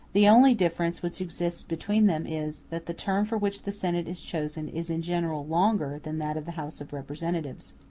the only difference which exists between them is, that the term for which the senate is chosen is in general longer than that of the house of representatives.